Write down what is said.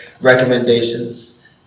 recommendations